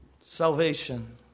Salvation